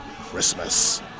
Christmas